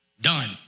Done